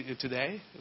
today